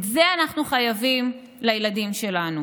את זה אנחנו חייבים לילדים שלנו.